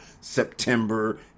September